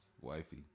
wifey